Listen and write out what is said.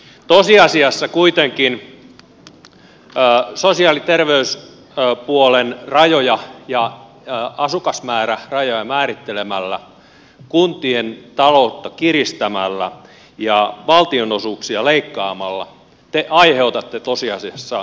tosiasiassa kuitenkin sosiaali ja terveyspuolen rajoja ja asukasmäärärajoja määrittelemällä kuntien taloutta kiristämällä ja valtionosuuksia leikkaamalla te aiheutatte tosiasiassa pakkoliitoksia